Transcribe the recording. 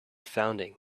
founding